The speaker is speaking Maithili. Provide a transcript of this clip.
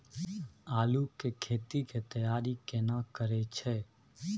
आलू के खेती के तैयारी केना करै छै?